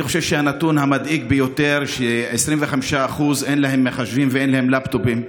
אני חושב שהנתון המדאיג ביותר הוא של-25% אין מחשבים ואין לפטופים,